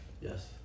Yes